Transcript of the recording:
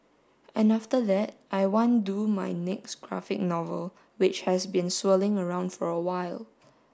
and after that I want do my next graphic novel which has been swirling around for a while